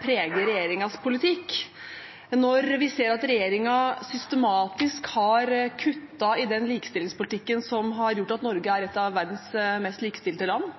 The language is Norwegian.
preger regjeringens politikk, når vi ser at regjeringen systematisk har kuttet i den likestillingspolitikken som har gjort at Norge er et av verdens mest likestilte land,